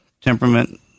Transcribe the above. temperament